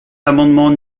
l’amendement